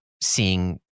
seeing